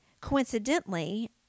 coincidentally